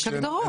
יש הגדרות.